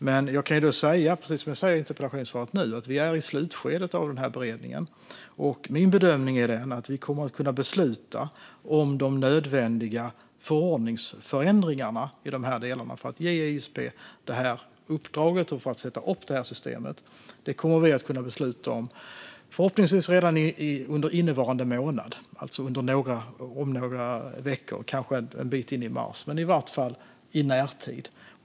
Men precis som jag sa i interpellationssvaret är vi i slutskedet av beredningen, och min bedömning är att vi kommer att kunna besluta om de nödvändiga förordningsförändringarna för att kunna ge ISP detta uppdrag och för att skapa detta system under innevarande månad eller en bit in i mars, i varje fall i närtid.